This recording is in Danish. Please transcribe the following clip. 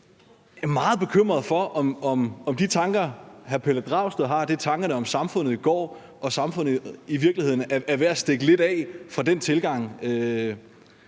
jeg er meget bekymret for, om de tanker, hr. Pelle Dragsted har, er tanker om samfundet i går, og at samfundet i virkeligheden er ved at stikke lidt af fra den tilgang